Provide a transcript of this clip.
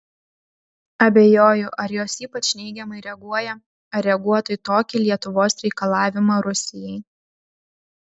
abejoju ar jos ypač neigiamai reaguoja ar reaguotų į tokį lietuvos reikalavimą rusijai